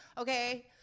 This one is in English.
Okay